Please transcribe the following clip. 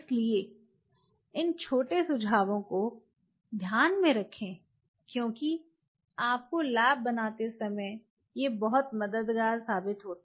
इसलिए इन छोटे सुझावों को ध्यान में रखें क्योंकि आपको लैब बनाते समय ये बहुत मददगार साबित हों